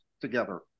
together